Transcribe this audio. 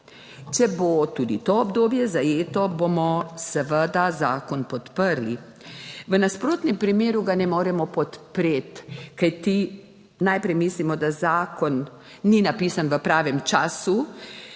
Če bo tudi to obdobje zajeto, bomo seveda zakon podprli. V nasprotnem primeru ga ne moremo podpreti, kajti najprej mislimo, da zakon ni napisan v pravem času.